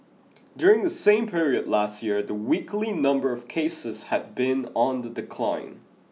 during the same period last year the weekly number of cases had been on the decline